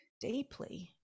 deeply